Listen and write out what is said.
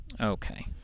Okay